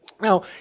Now